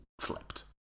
flipped